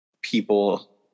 people